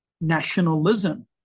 nationalism